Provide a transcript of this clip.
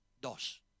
Dos